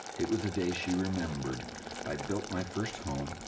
it was a day she remembered i built my first home,